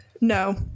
No